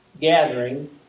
gathering